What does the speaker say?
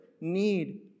need